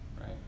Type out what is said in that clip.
right